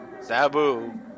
Sabu